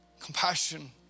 compassion